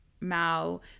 Mao